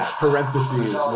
parentheses